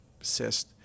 cyst